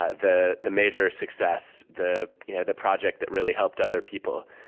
ah the the major success, the you know the project that really helped other people.